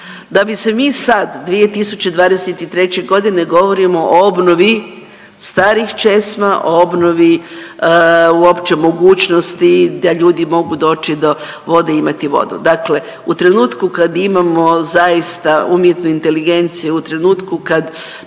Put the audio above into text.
da bi se mi sad 2023.g. govorimo o obnovi starih česma, o obnovi uopće mogućnosti da ljudi mogu doći do vode i imati vodu. Dakle u trenutku kad imamo zaista umjetnu inteligenciju, u trenutku kad